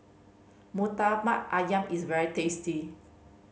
Murtabak Ayam is very tasty